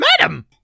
Madam